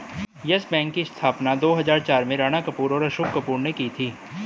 yes Bank की स्थापना दो हजार चार में राणा कपूर और अशोक कपूर ने की थी